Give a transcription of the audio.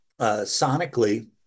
Sonically